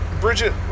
Bridget